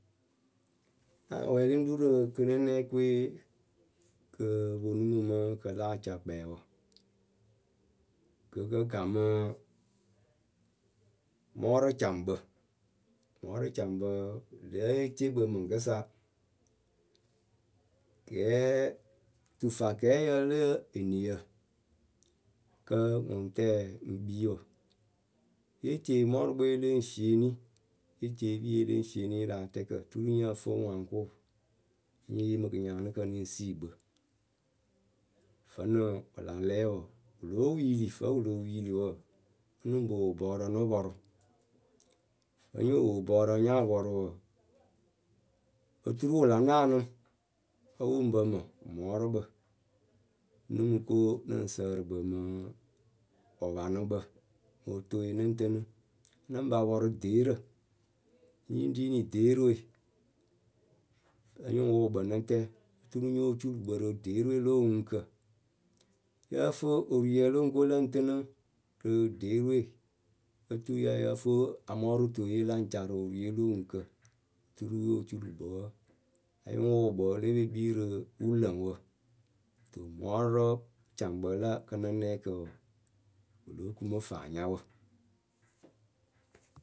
Náa wɛɛlɩ ŋ́ ru rɨ nɨnɨnɛkɨ we kɨ ponu mɨ mɨ kɨ láa ca kpɛɛwǝ Gɨ kɨ kamɨ mɔɔrʊcaŋkǝ Mɔɔrʊ caŋkpǝ, vǝ́ yée tie kpɨ mɨŋkɨsa. Kɛɛ, tufakɛɛyǝ le eniyǝ, kǝ́ ŋʊŋtɛyǝ ŋ kpii wǝ Yée tie mɔɔrʊkpǝ we le ŋ fieni, yée tie epiiye le fieni rɨ atɛɛkǝ turu nyǝ fɨ ŋwaŋkʊ nɨ yeemɨ kɨnyaanɨkǝ nɨ ŋ sii kpɨ Vǝ́nɨ wɨ la lɛ wɔɔ, wɨ lóo wiili. vǝ́ wɨ lo wiili wɨ la lɛ wǝǝ nyɨ ŋ po wo bɔɔrǝ nɨ pɔrʊ Vǝ́ nyo wo bɔɔrǝ nya pɔrʊ wɔɔ oturu wɨ la naanɨ.,Ǝ wɨ ŋ pǝ mǝ mɔɔrʊkpǝ Nɨ mɨ ko nɨ mɨ sǝǝrɨ kpɨ mɨ wɨpanɨkpǝ mɨ otoe nɨ ŋ tɨnɨ. Nɨ ŋ pa pɔrʊ deerǝ. nyɨ ŋ riini deerɨ we, ǝ nyɨ ŋ wʊʊ kpɨ nɨ tɛ turu nyo culu kpɨ rɨ deerɨ we lo oŋuŋkǝ Yǝ́ǝ fɨ oruyǝ lo ŋ ko lǝ ŋ tɨnɨ. rɨ deerǝ we oturu ya yǝ́ǝ fǝ amɔɔrʊtoyɨ we la ŋ ca rɨ oruye lo oŋuŋkǝ turu yo culu kpɨ wǝǝ, a lɨ ŋ wʊʊ kpɩ le pe kpii rɨ wulǝŋwǝ Wɨmɔɔrʊcaŋkpǝ la kɨnɨnɛkǝ wɔɔ kɨ lóo ku mɨ faanyawǝ.